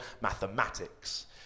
mathematics